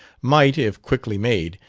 might, if quickly made,